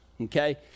okay